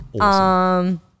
Awesome